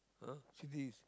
ah city